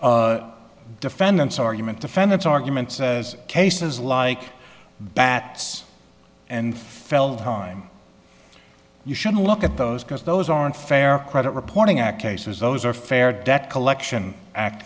belies defendants argument defendants argument says cases like bats and felt time you should look at those because those aren't fair credit reporting act cases those are fair debt collection act